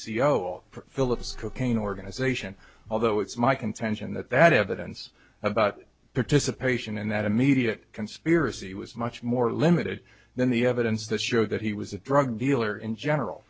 o of philips cocaine organization although it's my contention that that evidence about participation in that immediate conspiracy was much more limited than the evidence that showed that he was a drug dealer in general